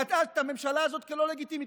ראתה את הממשלה הזאת כלא לגיטימית,